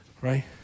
Right